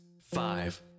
five